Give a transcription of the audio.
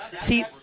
See